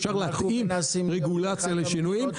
אפשר להתאים רגולציה לשינויים,